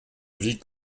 vie